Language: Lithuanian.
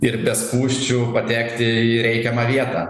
ir be spūsčių patekti į reikiamą vietą